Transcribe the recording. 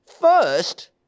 first